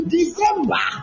December